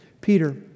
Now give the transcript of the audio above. Peter